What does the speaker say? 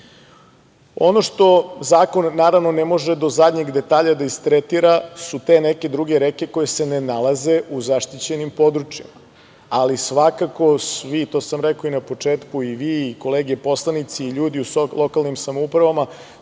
što zakon, naravno, ne može do zadnjeg detalja da istretira su te neke druge reke koje se ne nalaze u zaštićenim područjima, ali svakako svi, to sam rekao i na početku, i vi i kolege poslanici i ljudi u lokalnim samoupravama